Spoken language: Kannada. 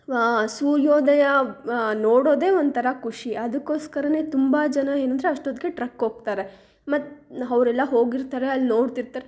ಸೂರ್ಯೋದಯ ನೋಡೋದೇ ಒಂಥರ ಖುಷಿ ಅದಕ್ಕೋಸ್ಕರವೆ ತುಂಬ ಜನ ಏನಂದರೆ ಅಷ್ಟೊತ್ತಿಗೆ ಟ್ರಕ್ ಹೋಗ್ತಾರೆ ಮತ್ತು ಅವ್ರೆಲ್ಲ ಹೋಗಿರ್ತಾರೆ ಅಲ್ಲಿ ನೋಡ್ತಿರ್ತಾರೆ